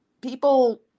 people